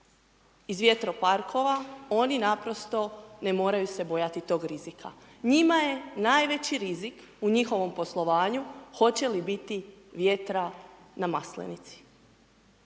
iz vjetroparkova, oni naprosto ne moraju se bojati tog rizika. Njima je najveći rizik u njihovom poslovanju hoće li biti vjetra na Maslenici.